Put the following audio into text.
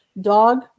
dog